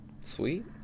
sweet